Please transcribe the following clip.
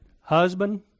Husband